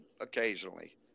occasionally